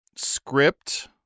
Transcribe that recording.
Script